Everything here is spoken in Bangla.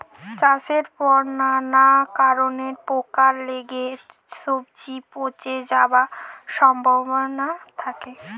চাষের পর নানা কারণে পোকা লেগে সবজি পচে যাওয়ার সম্ভাবনা থাকে